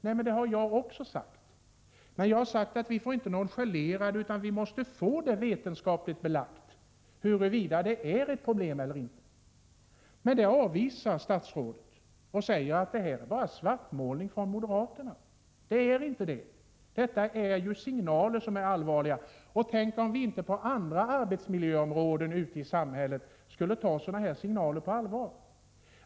Nej, det har jag också sagt, men jag har framhållit att vi inte får nonchalera problemet utan att vi måste få vetenskapligt belagt huruvida det här är ett problem eller inte. Men detta avvisar statsrådet och säger att det endast rör sig om svartmålning från moderaternas sida. Det är inte det. Detta är allvarliga signaler. Tänk om vi på andra arbetsmiljöområden ute i samhället inte skulle ta sådana här signaler på allvar!